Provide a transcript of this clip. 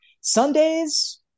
Sundays